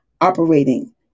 operating